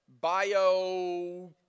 bio